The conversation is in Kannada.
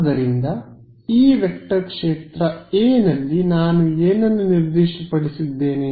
ಆದ್ದರಿಂದ ಈ ವೆಕ್ಟರ್ ಕ್ಷೇತ್ರ ಎ ನಲ್ಲಿ ನಾನು ಏನನ್ನು ನಿರ್ದಿಷ್ಟಪಡಿಸಿದ್ದೇನೆ